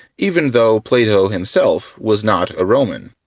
even though plato himself was not a roman.